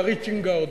ב-reaching out,